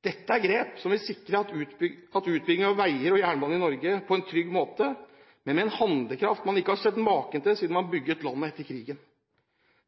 Dette er grep som vil sikre utbygging av veier og jernbane i Norge på en trygg måte, men med en handlekraft man ikke har sett maken til siden man bygget landet etter krigen.